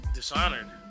Dishonored